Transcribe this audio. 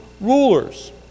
rulers